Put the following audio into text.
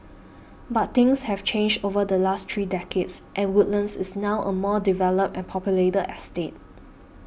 but things have changed over the last three decades and Woodlands is now a more developed and populated estate